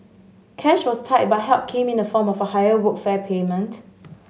cash was tight but help came in the form of a higher Workfare payment